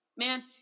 Man